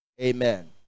amen